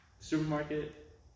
Supermarket